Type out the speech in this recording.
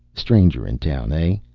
stranger in town, hey?